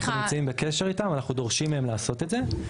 אנחנו נמצאים בקשר איתם אנחנו דורשים מהם לעשות את זה,